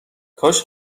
کاش